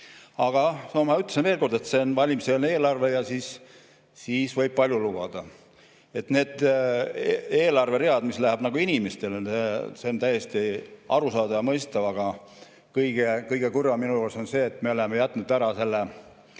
Aga ma ütlen veel kord, et see on valimiseelne eelarve ja siis võib palju lubada. Need eelarveread, mille raha läheb inimestele, on täiesti arusaadavad ja mõistetavad. Aga kõige kurvem minu arust on see, et me oleme jätnud ära kõige